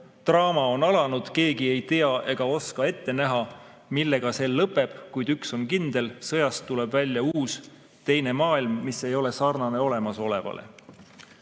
draama on alanud, keegi ei tea ega oska ette näha, millega see lõpeb, kuid üks on kindel: sõjast tuleb välja uus, teine maailm, mis ei ole sarnane olemasolevale."Ja